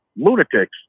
lunatics